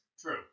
True